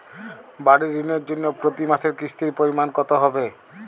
বাড়ীর ঋণের জন্য প্রতি মাসের কিস্তির পরিমাণ কত হবে?